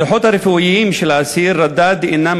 הדוחות הרפואיים של האסיר רדאד אינם